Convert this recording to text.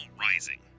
rising